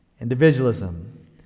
Individualism